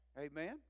Amen